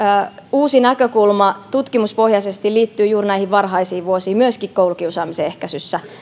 uusi näkökulma tutkimuspohjaisesti liittyy juuri näihin varhaisiin vuosiin myöskin koulukiusaamisen ehkäisyssä